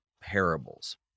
parables